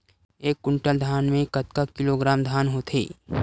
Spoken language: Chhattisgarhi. एक कुंटल धान में कतका किलोग्राम धान होथे?